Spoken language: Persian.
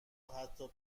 حتی